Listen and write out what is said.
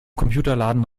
computerladen